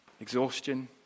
Exhaustion